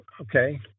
Okay